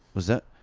was that.